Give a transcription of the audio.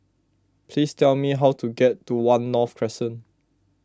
please tell me how to get to one North Crescent